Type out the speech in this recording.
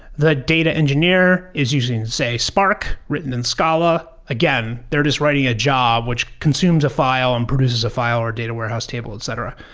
the data engineer is using, say spark written in scala. again, they're just writing a job, which consumes a file and produces a file or data warehouse table, etc.